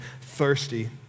thirsty